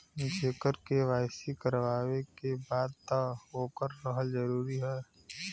जेकर के.वाइ.सी करवाएं के बा तब ओकर रहल जरूरी हे?